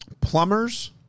Plumbers